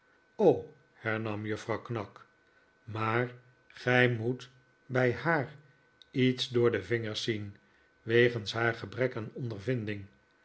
hernam juffrouw knag maar gij moet bij haar iets door de vingers zien wegens haar gebrek aan onderviading